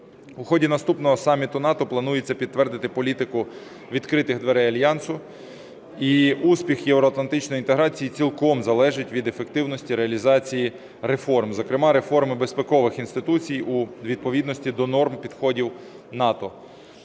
У ході наступного саміту НАТО планується підтвердити політику відкритих дверей Альянсу, і успіх євроатлантичної інтеграції цілком залежить від ефективності реалізації реформ, зокрема реформи безпекових інституцій у відповідності до норм підходів НАТО.